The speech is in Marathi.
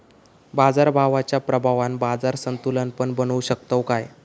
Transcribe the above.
बाजाराच्या प्रभावान बाजार संतुलन पण बनवू शकताव काय?